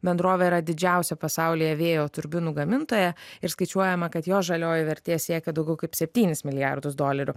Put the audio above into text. bendrovė yra didžiausia pasaulyje vėjo turbinų gamintoja ir skaičiuojama kad jos žalioji vertė siekia daugiau kaip septynis milijardus dolerių